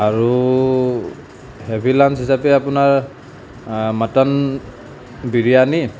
আৰু heavy lunch হিচাপে আপোনাৰ মটন বিৰীয়ানি